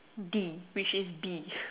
D which is B